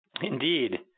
Indeed